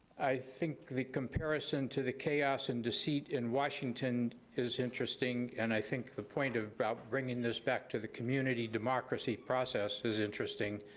i think the comparison to the chaos and deceit in washington is interesting and i think the point of bringing this back to the community democracy process is interesting,